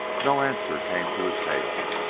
no answer came to his hail.